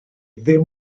ddim